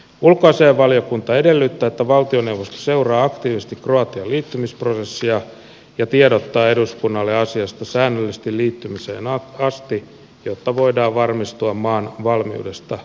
ulkoasiainvaliokunta edellyttää että valtioneuvosto seuraa aktiivisesti kroatian liittymisprosessia ja tiedottaa eduskunnalle asiasta säännöllisesti liittymiseen asti jotta voidaan varmistua maan valmiudesta liittyä unioniin